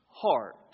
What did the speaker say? heart